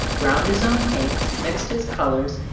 ground his own paints, mixed his colors,